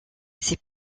ces